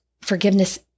Forgiveness